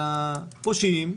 והפושעים,